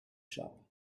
shop